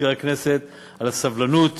למזכיר הכנסת, על הסבלנות